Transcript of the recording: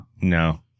No